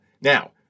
Now